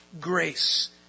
grace